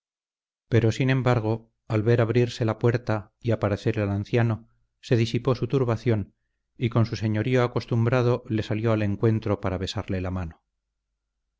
pero sin embargo al ver abrirse la puerta y aparecer el anciano se disipó su turbación y con su señorío acostumbrado le salió al encuentro para besarle la mano